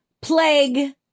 plague